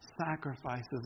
sacrifices